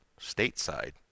stateside